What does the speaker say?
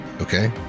Okay